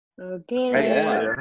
okay